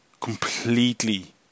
completely